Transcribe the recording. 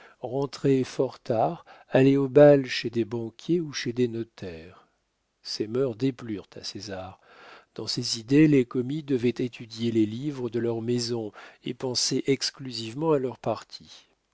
rentrait fort tard allait au bal chez des banquiers ou chez des notaires ces mœurs déplurent à césar dans ses idées les commis devaient étudier les livres de leur maison et penser exclusivement à leur partie